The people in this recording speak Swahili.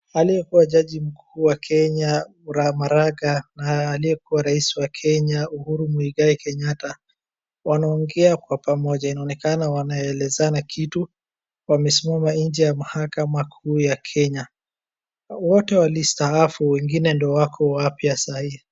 Aliyekuwa jaji mkuu wa Kenya, Maraga, na aliyekuwa rais wa Kenya, uhuru Muigai Kenyatta, wanaongea kwa pamoja. Inaonekana wanaelezana kitu. Wamesimama nje ya mahakama kuu ya Kenya. Wote walistaafu, wengine ndo wako wapya sai.